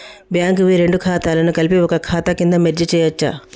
Bank వి రెండు ఖాతాలను కలిపి ఒక ఖాతా కింద మెర్జ్ చేయచ్చా?